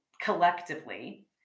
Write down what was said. collectively